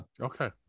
Okay